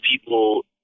people